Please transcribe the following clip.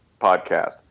Podcast